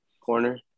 Corner